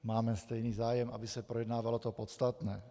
Máme stejný zájem, aby se projednávalo to podstatné.